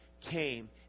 came